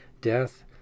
death